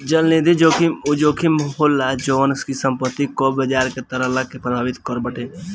चलनिधि जोखिम उ जोखिम होला जवन की संपत्ति कअ बाजार के तरलता के प्रभावित करत बाटे